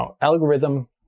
algorithm